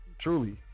Truly